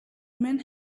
men